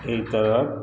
एहि तरहक